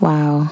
Wow